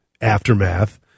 aftermath